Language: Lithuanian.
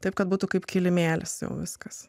taip kad būtų kaip kilimėlis o viskas